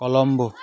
Colombo